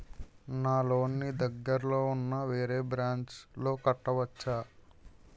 నా లోన్ నీ దగ్గర్లోని ఉన్న వేరే బ్రాంచ్ లో కట్టవచా?